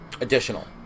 Additional